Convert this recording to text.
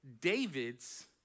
David's